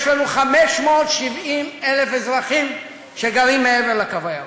יש לנו 570,000 אזרחים שגרים מעבר לקו הירוק.